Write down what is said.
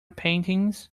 paintings